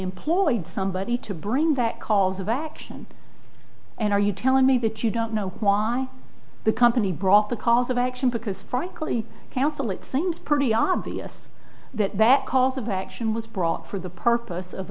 employed somebody to bring that cause of action and are you telling me that you don't know why the company brought the cause of action because frankly calculate things pretty obvious that that cause of action was brought for the purpose of